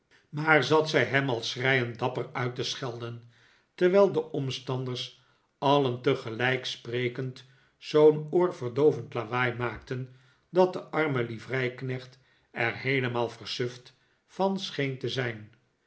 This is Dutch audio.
maar zat zij hem al schreiend dapper uit te schelden terwijl de omstanders alien tegelijk sprekend zoo'n oorverdoovend lawaai maakten dat de arme livreiknecht er heelemaal versuft van scheen te zijn